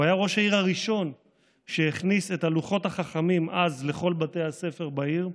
הוא היה ראש העיר הראשון שהכניס את הלוחות החכמים אז לכל בתי הספר בעיר,